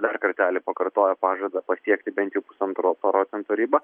dar kartelį pakartojo pažadą pasiekti bent jau pusantro procento ribą